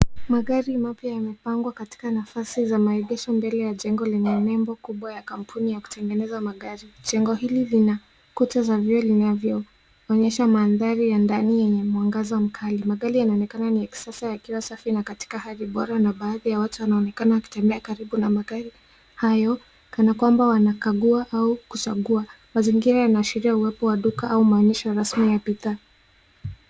Magari mapya yamepangwa katika nafasi za maegesho mbele ya jengo lenye nembo kubwa ya kampuni ya kutengeneza magari. Jengo hili lina kuta za juu zinazoonyesha mandhari ya ndani yenye mwangaza mkali. Mbele inaonekana ikiwa ya kisasa na katika hali bora na baadhi ya watu wanaonekana wakitembea mbele ya magari hayo kanakwamba wankagua au kuchagua. Mazingira yanaashiria uwepo wa duka au maonyesho rasmi ya bidhaa.